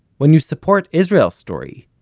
when you support israel story,